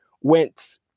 went